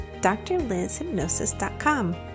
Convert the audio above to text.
drlizhypnosis.com